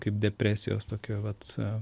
kaip depresijos tokio vat